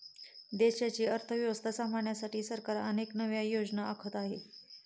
देशाची अर्थव्यवस्था सांभाळण्यासाठी सरकार अनेक नव्या योजना आखत आहे